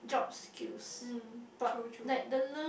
mm true true